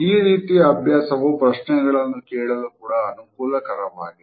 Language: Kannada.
ಈ ರೀತಿಯ ಅಭ್ಯಾಸವು ಪ್ರಶ್ನೆಗಳನ್ನು ಕೇಳಲು ಕೂಡ ಅನುಕೂಲಕರವಾಗಿದೆ